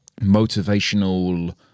motivational